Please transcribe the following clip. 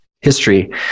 history